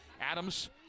Adams